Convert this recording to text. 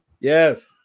Yes